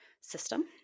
system